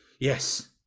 yes